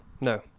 No